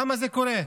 למה זה קורה?